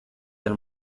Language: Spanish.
del